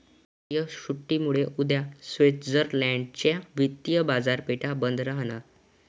राष्ट्रीय सुट्टीमुळे उद्या स्वित्झर्लंड च्या वित्तीय बाजारपेठा बंद राहणार